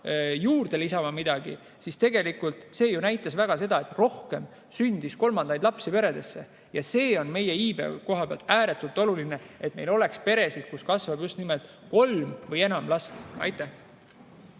juurde lisama –, siis tegelikult me nägime, et rohkem sündis kolmandaid lapsi peredesse. See on meie iibe koha pealt ääretult oluline, et meil on peresid, kus kasvab just nimelt kolm või enam last. Ülle